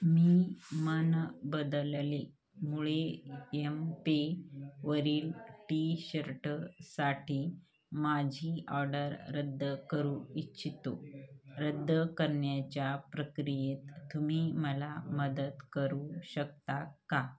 मी मन बदलले मुळे यमपे वरील टी शर्टसाठी माझी ऑर्डर रद्द करू इच्छितो रद्द करण्याच्या प्रक्रियेत तुम्ही मला मदत करू शकता का